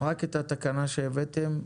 רק את התקנה שהבאתם.